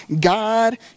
God